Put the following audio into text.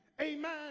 amen